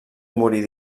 morir